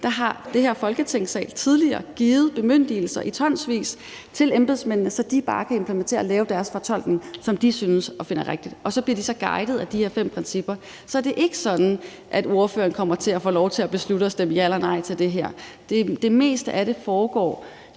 har den her Folketingssal tidligere givet bemyndigelser i tonsvis til embedsmændene, så de bare kan implementere og lave den fortolkning, som de finder rigtig. Så bliver de så guidet af de her fem principper. Så det er ikke sådan, at ordføreren kommer til at beslutte og stemme ja eller nej til det her. Det meste af det foregår